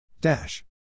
Dash